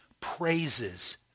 praises